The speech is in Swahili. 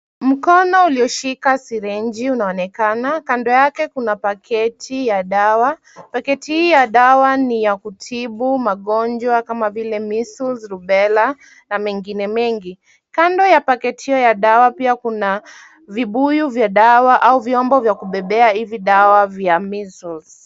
Mkono ulio shika sirinji unaonekana. Kando yake kuna paketi ya dawa. Paketi hii ya dawa ni ya kutibu magonjwa kama vile & measles , rubella na mengine mengi. Kando na paketi hiyo ya dawa pia kuna vibuyu vya dawa au vyombo vya kubebea hizi dawa vya measles .